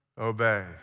obey